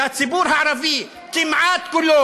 והציבור הערבי כמעט כולו,